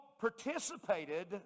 participated